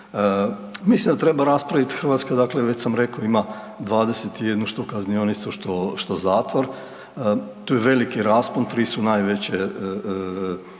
Mislim da treba raspravit, Hrvatska dakle već sam rekao ima 21 što kaznionicu, što zatvor. Tu je veliki raspon, 3 su najveće